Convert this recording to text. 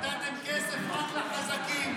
נתתם כסף רק לחזקים.